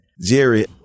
Jerry